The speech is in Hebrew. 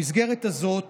במסגרת הזאת